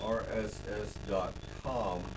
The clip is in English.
rss.com